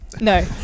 No